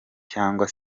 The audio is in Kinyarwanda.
cyangwa